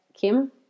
Kim